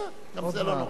אה, גם זה לא נורא.